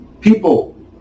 People